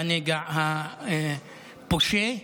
בנגע הפושה.